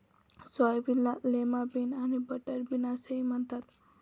सोयाबीनला lima bean आणि butter bean असेही म्हणतात